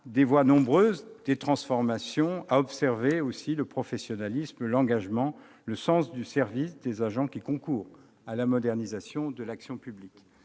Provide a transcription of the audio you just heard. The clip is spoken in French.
des voies nombreuses de transformation et à observer le professionnalisme, l'engagement et le sens du service des agents qui concourent à la modernisation de l'action publique.